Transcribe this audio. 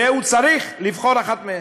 והוא צריך לבחור אחת מהן.